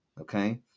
okay